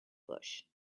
bush